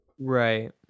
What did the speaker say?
right